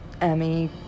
Emmy